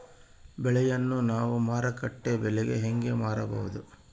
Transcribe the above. ಬೆಳೆಯನ್ನ ನಾವು ಮಾರುಕಟ್ಟೆ ಬೆಲೆಗೆ ಹೆಂಗೆ ಮಾರಬಹುದು?